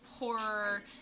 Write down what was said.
horror